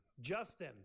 Justin